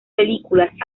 películas